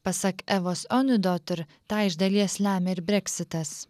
pasak evos eniudotor tą iš dalies lemia ir breksitas